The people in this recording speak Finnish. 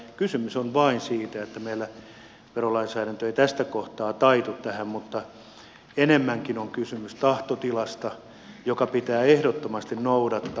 kysymys on vain siitä että meillä verolainsäädäntö ei tästä kohtaa taitu tähän mutta enemmänkin on kysymys tahtotilasta jota pitää ehdottomasti noudattaa